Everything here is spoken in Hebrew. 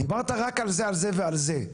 דיברת רק על זה, על זה ועל זה.